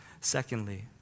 Secondly